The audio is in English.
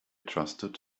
trusted